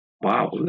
wow